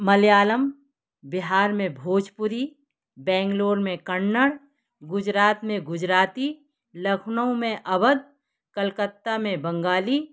मलयालम बिहार में भोजपुरी बैंगलोर में कन्नड़ गुजरात में गुजराती लखनऊ में अवध कलकत्ता में बंगाली